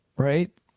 right